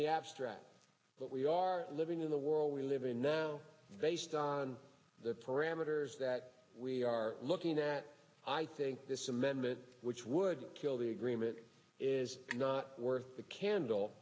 the abstract but we are living in the world we live in now based on the parameters that we are looking at i think this amendment which would kill the agreement is not worth the candle